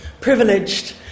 privileged